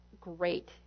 Great